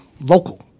local